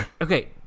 Okay